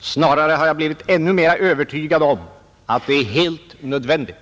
Snarare har jag blivit ännu mera övertygad om att det är helt nödvändigt.